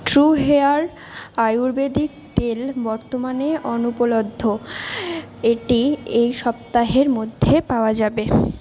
true hair আয়ুর্বেদিক তেল বর্তমানে অনুপলব্ধ এটি এই সপ্তাহের মধ্যে পাওয়া যাবে